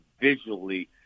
visually